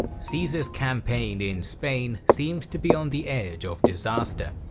caesar's campaign in spain seemed to be on the edge of disaster.